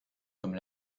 comme